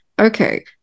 okay